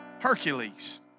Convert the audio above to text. Hercules